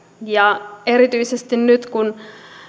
ja erityisesti nyt kun